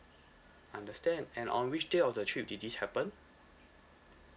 understand and on which day of the trip did this happen